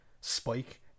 spike